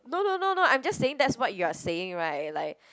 no no no no I'm just saying that's what you're saying right like